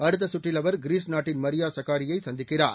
அடுத்த சுற்றில் அவர் கிரீஸ் நாட்டின் மரியா சக்காரியை சந்திக்கிறார்